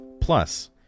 Plus